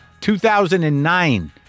2009